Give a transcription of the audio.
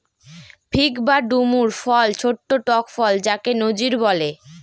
fig বা ডুমুর ফল ছোট্ট টক ফল যাকে নজির বলে